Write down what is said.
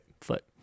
foot